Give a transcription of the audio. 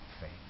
faith